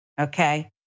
Okay